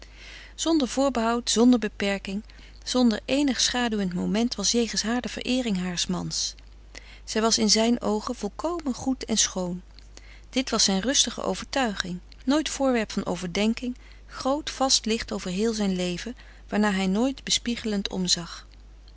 zonder voorbehoud zonder beperking zonder eenig schaduwend moment was jegens haar de vereering haars mans zij was in zijn oogen volkomen goed en schoon dit was zijn rustige overtuiging nooit voorwerp van overdenking groot vast licht over heel zijn leven waarnaar hij nooit bespiegelend omzag